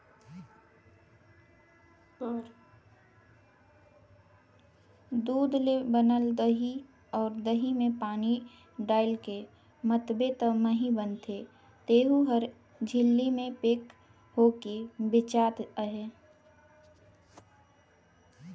दूद ले बनल दही अउ दही में पानी डायलके मथबे त मही बनथे तेहु हर झिल्ली में पेक होयके बेचात अहे